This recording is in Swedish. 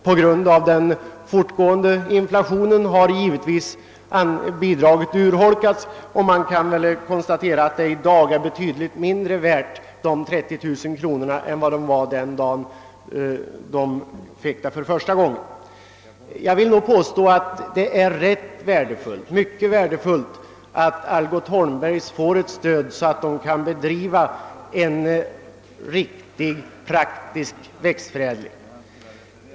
På grund av den fortgående inflationen har bidraget urholkats, och man kan konstatera att de 30 000 kronorna i dag är betydligt mindre värda än de var den dag bidraget lämnades för första gången. Jag vill påstå att det är mycket värdefullt att Algot Holmberg och Söner får ett stöd, så att företaget kan bedriva en riktig, praktisk växtförädling.